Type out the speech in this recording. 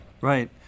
Right